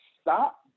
stop